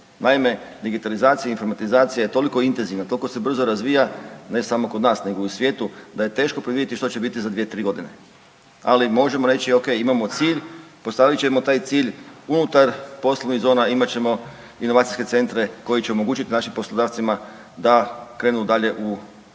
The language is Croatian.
Naime, digitalizacija i informatizacije je toliko intenzivna, toliko se brzo razvija ne samo kod nas nego i u svijetu da je teško predvidjeti što će biti za 2-3.g., ali možemo reći okej imamo cilj, postavit ćemo taj cilj, unutar poslovnih zona imat ćemo inovacijske centre koji će omogućit našim poslodavcima da krenu dalje u digitalnu